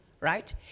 right